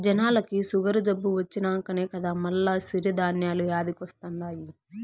జనాలకి సుగరు జబ్బు వచ్చినంకనే కదా మల్ల సిరి ధాన్యాలు యాదికొస్తండాయి